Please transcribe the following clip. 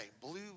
Blue